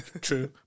True